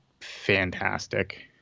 fantastic